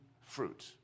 fruit